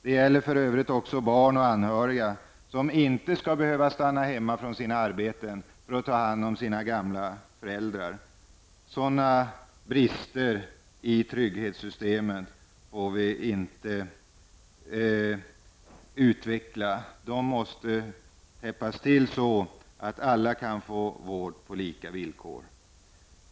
Det gäller för övrigt också barn och anhöriga, som inte skall behöva stanna hemma från sina arbeten för att ta hand om sina gamla föräldrar. Sådana brister i trygghetssystemet får vi inte utveckla. De måste täppas till så att alla kan få vård på lika villkor.